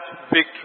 victory